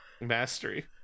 Mastery